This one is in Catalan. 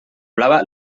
blava